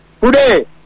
today